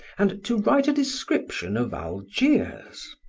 and to write a description of algiers.